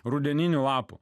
rudeninių lapų